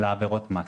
לעבירות מס.